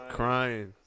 crying